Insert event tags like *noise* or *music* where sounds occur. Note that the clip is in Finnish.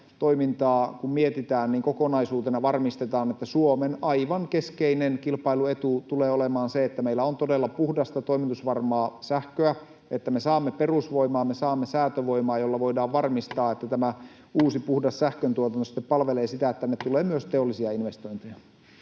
kun mietitään, niin kokonaisuutena varmistetaan, että Suomen aivan keskeinen kilpailuetu tulee olemaan se, että meillä todella on puhdasta, toimitusvarmaa sähköä, että me saamme perusvoimaa, me saamme säätövoimaa, jolla voidaan varmistaa, *noise* että tämä uusi, puhdas sähköntuotanto sitten palvelee sitä, *noise* että tänne tulee myös teollisia investointeja.